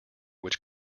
which